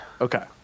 Okay